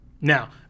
Now